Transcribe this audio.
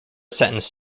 sentenced